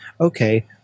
okay